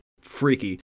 freaky